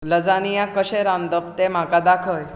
lasagna कशें रांदप तें म्हाका दाखय